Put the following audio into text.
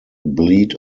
bleed